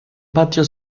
patio